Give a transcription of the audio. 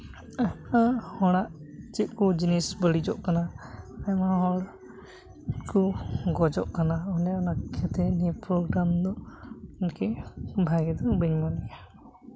ᱟᱨ ᱦᱚᱲᱟᱜ ᱪᱮᱫ ᱠᱚ ᱡᱤᱱᱤᱥ ᱵᱟᱹᱲᱤᱡᱚᱜ ᱠᱟᱱᱟ ᱟᱭᱢᱟ ᱦᱚᱲ ᱠᱚ ᱜᱚᱡᱚᱜ ᱠᱟᱱᱟ ᱚᱱᱮ ᱚᱱᱟ ᱯᱚᱠᱠᱷᱮᱛᱮ ᱱᱤᱭᱟᱹ ᱯᱨᱳᱜᱨᱟᱢ ᱫᱚ ᱟᱨᱠᱤ ᱵᱷᱟᱹᱜᱤ ᱫᱚ ᱵᱟᱹᱧ ᱢᱚᱱᱮᱭᱟ